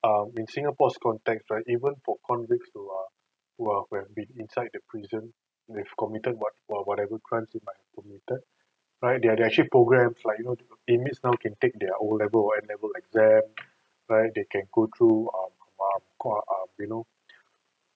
um in singapore's context right even for convicts who uh who uh who have been inside the prison who may have committed what wa~ whatever crime they might have committed right there are actually programs like you know they meet now can take their O level or A level exam right they can go through uh you know